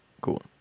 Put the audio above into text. Cool